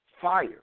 fire